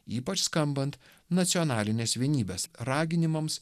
ypač skambant nacionalinės vienybės raginimams